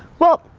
well,